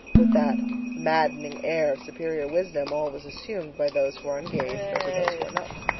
with that maddening air of superior wisdom always assumed by those who are engaged over those who are not.